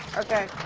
okay.